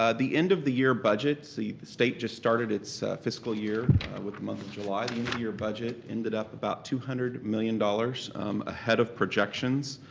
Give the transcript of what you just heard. ah the end of the year budgets, the the state just started its fiscal year with the month of july. the end of the year budget ended up about two hundred million dollars ahead of projections.